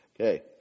Okay